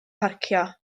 parcio